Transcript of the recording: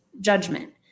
judgment